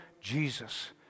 Jesus